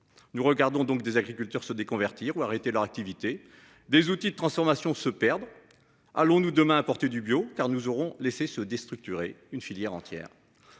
Nous regardons donc des agriculteurs se des convertir ou arrêter leur activité des outils de transformation se perdre. Allons-nous demain du bio, car nous aurons laissé se déstructurer une filière entière.